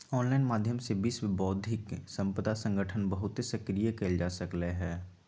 online माध्यम से विश्व बौद्धिक संपदा संगठन बहुते सक्रिय कएल जा सकलई ह